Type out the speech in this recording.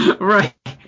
Right